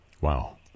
Wow